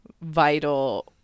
vital